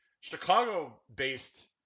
Chicago-based